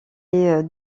est